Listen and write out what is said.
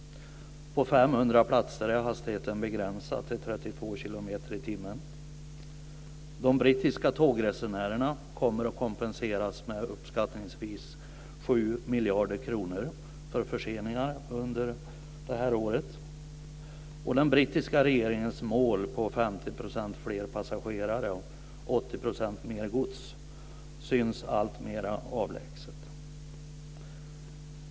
På 500 platser är hastigheten begränsad till 32 kilometer i timmen. De brittiska tågresenärerna kommer att kompenseras med uppskattningsvis 7 miljarder kronor för förseningar under detta år. Den brittiska regeringens mål på 50 % fler passagerare och 80 % mer gods syns alltmera avlägset.